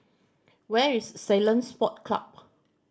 where is Ceylon Sport Club